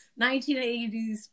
1980s